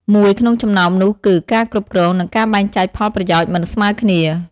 មួយក្នុងចំណោមនោះគឺ ការគ្រប់គ្រង និងការបែងចែកផលប្រយោជន៍មិនស្មើគ្នា។